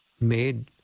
made